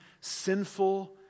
sinful